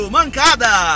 Mancada